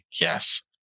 Yes